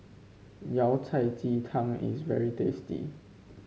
Yao Cai Ji Tang is very tasty